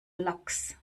lax